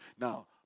Now